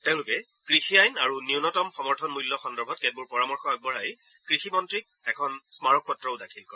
তেওঁলোকে কৃষি আইন আৰু ন্যনতম সমৰ্থন মূল্য সন্দৰ্ভত কেতবোৰ পৰামৰ্শ আগবঢ়াই কৃষিমন্ত্ৰীক এখন স্মাৰকপত্ৰও প্ৰদান কৰে